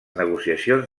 negociacions